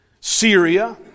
Syria